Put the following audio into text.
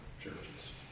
Churches